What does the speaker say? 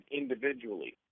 individually